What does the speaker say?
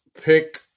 pick